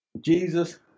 Jesus